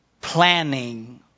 Planning